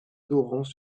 torrents